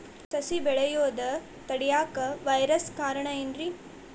ಸಸಿ ಬೆಳೆಯುದ ತಡಿಯಾಕ ವೈರಸ್ ಕಾರಣ ಏನ್ರಿ?